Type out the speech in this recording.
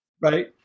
Right